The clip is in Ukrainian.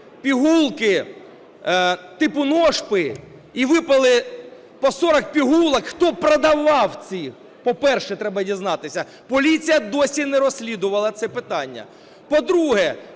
пігулки типу но-шпи і випили по 40 пігулок. Хто продавав, по-перше, треба дізнатися. Поліція досі не розслідувала це питання. По-друге,